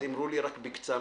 אמרו לי בקצרה.